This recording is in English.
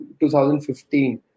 2015